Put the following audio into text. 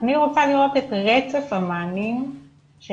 אני רוצה לראות את רצף המענים שניתן.